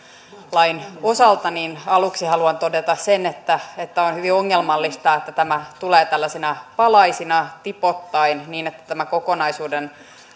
osalta aluksi haluan todeta sen että että on hyvin ongelmallista että tämä tulee tällaisina palasina tipoittain niin että tämän kokonaisuuden